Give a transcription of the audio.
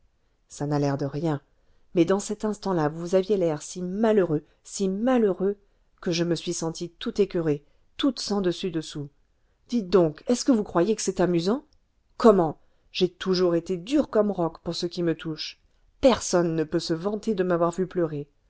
ça n'a l'air de rien mais dans cet instant-là vous aviez l'air si malheureux si malheureux que je me suis sentie tout écoeurée toute sens dessus dessous dites donc est-ce que vous croyez que c'est amusant comment j'ai toujours été dure comme roc pour ce qui me touche personne ne peut se vanter de m'avoir vue pleurer